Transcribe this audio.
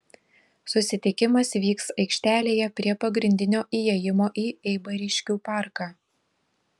susitikimas vyks aikštelėje prie pagrindinio įėjimo į eibariškių parką